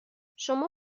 شما